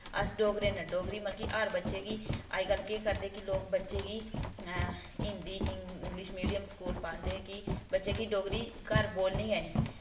अस डोगरे न डोगरी मतलब कि हर बच्चे गी अजकल केह् करदे कि लोग बच्चे गी हिन्दी इंग्लिश मीडियम पांदे कि बच्चे गी डोगरी घर बोलनी गै निं